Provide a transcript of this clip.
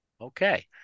Okay